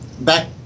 Back